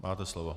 Máte slovo.